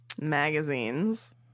magazines